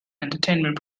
entertainment